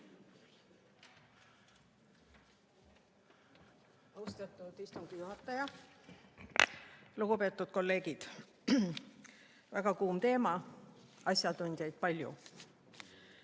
Austatud istungi juhataja! Lugupeetud kolleegid! Väga kuum teema, asjatundjaid palju.